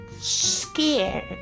scared